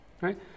right